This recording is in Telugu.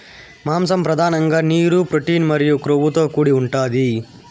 మాంసం పధానంగా నీరు, ప్రోటీన్ మరియు కొవ్వుతో కూడి ఉంటాది